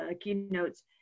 keynotes